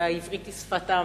והעברית היא שפתם,